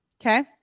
Okay